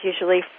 usually